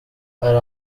hari